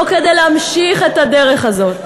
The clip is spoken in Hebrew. לא כדי להמשיך את הדרך הזאת.